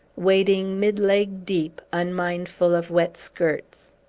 wading mid-leg deep, unmindful of wet skirts.